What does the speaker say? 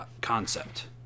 concept